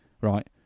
right